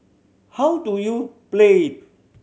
how do you play it